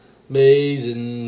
amazing